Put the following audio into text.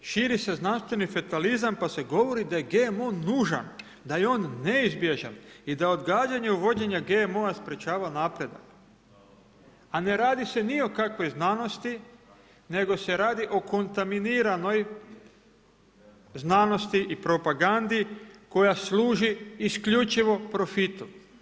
Širi se znanstveni fetalizam, pa se govori da je GMO nužan, da je on neizbježan i da odgađanje uvođenja GMO sprječava napredak, a ne radi se ni o kakvoj znanosti, nego se radi o kontaniminiranoj znanosti i propagandi, koja služi isključivo profitu.